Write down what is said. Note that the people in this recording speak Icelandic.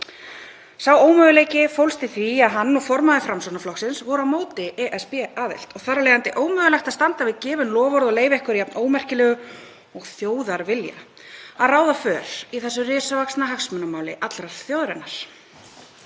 Sá ómöguleiki fólst í því að hann og formaður Framsóknarflokksins voru á móti ESB-aðild og þar af leiðandi var ómögulegt að standa við gefin loforð og leyfa einhverju jafn ómerkilegu og þjóðarvilja að ráða för í þessu risavaxna hagsmunamáli allrar þjóðarinnar.